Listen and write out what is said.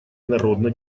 народно